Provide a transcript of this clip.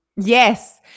Yes